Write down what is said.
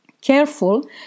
careful